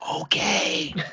Okay